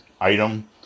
item